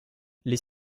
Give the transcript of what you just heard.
les